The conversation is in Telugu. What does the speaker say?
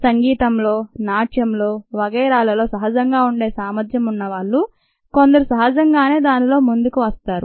సంగీతంలో నాట్యంలో వగైరాలలో సహజంగా ఉండే సామర్థ్యం ఉన్న వాళ్ళు కొందరు సహజంగానే దానిలో ముందుకు వస్తారు